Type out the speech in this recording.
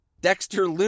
Dexter